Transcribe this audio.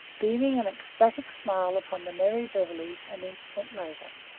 beaming an ecstatic smile upon the merry beverly an instant later.